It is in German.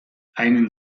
einen